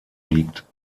liegt